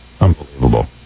Unbelievable